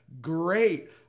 Great